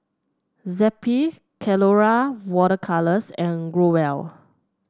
Zappy Colora Water Colours and Growell